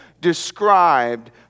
described